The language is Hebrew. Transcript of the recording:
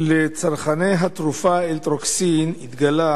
לצרכני התרופה "אלטרוקסין" התגלה